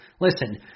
Listen